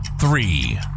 three